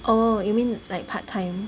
oh you mean like part time